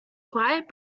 quite